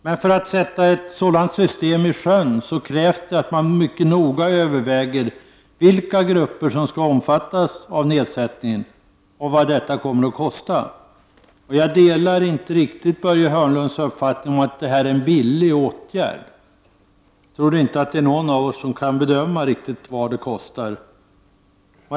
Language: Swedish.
Men innan ett sådant system sätts i sjön måste man mycket noga överväga vilka grupper som skall omfattas av nedsättningen och vad detta kommer att kosta. Jag delar nog inte Börje Hörnlunds uppfattning att det här är en billig åtgärd. Jag tror inte att någon av oss riktigt kan bedöma vad det här kostar.